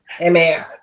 amen